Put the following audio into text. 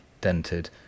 dented